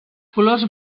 colors